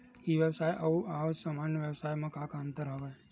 ई व्यवसाय आऊ सामान्य व्यवसाय म का का अंतर हवय?